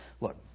Look